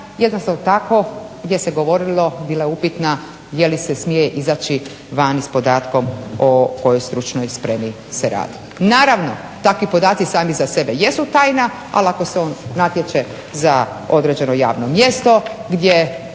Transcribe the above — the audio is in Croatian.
jednostavno tako gdje se govorilo bila upitna je li se smije izaći vani sa podatkom o kojoj stručnoj spremi se radi. Naravno takvi podaci sami za sebe jesu tajna, ali ako se on natječe za određeno javno mjesto gdje